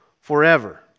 forever